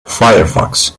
firefox